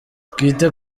twite